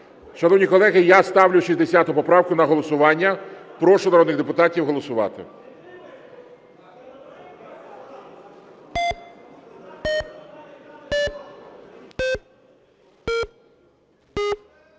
Шановні колеги, я ставлю 60 поправку на голосування. Прошу народних депутатів голосувати.